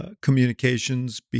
communications